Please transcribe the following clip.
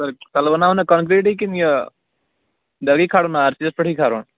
سر تلہٕ بَناوہونا کَنٛکِریٖٹٕے کِنہٕ یہِ ڈرٕے کھارہون آرچیس پیٚٹھٕے کھارہون